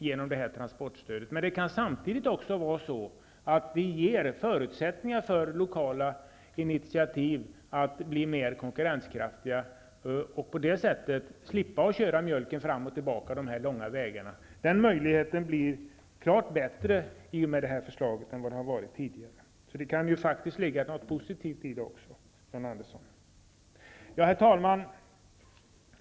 Men det kan samtidigt vara på det sättet att vi ger förutsättningar för lokala initiativ, så att man blir mer konkurrenskraftig och slipper köra mjölken fram och tillbaka långa vägar. Den möjligheten blir klart större än tidigare i och med att det framlagda förslaget genomförs, så det kan faktiskt ligga någonting positivt i den här ordningen också, John Herr talman!